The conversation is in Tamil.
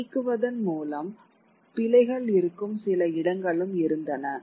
அ நீக்குவதன் மூலம் பிழைகள் இருக்கும் சில இடங்கள் இருந்தன